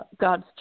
God's